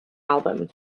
album